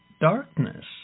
darkness